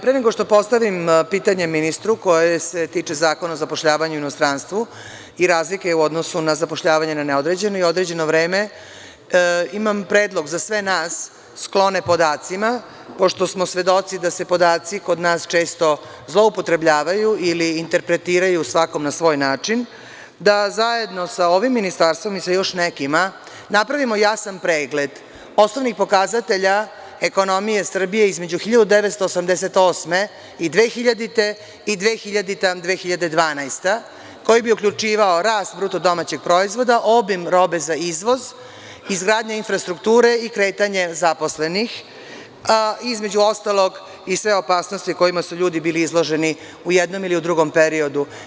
Pre nego što postavim pitanje ministru koje se tiče Zakona o zapošljavanju u inostranstvu i razlike u odnosu na zapošljavanje na određeno i neodređeno vreme, imam predlog za sve nas sklone podacima, pošto smo svedoci da se podaci kod nas često zloupotrebljavaju ili interpretiraju svakom na svoj način, da zajedno sa ovim Ministarstvom i sa još nekima napravimo jasan pregled osnovnih pokazatelja ekonomije Srbije između 1988. godine i 2000. godine i 2000. – 2012. godina, koji bi uključivao rast BDP, obim robe za izvoz, izgradnja infrastrukture i kretanje zaposlenih, između ostalog i sve opasnosti kojima su ljudi bili izloženi u jednom ili u drugom periodu.